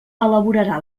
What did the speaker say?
elaborarà